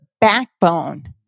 backbone